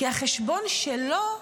כי החשבון שלו,